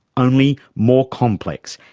only more complex,